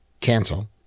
cancel